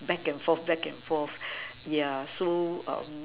back and forth back and forth so yeah